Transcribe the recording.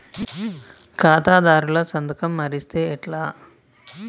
ఖాతాదారుల సంతకం మరిస్తే ఎట్లా?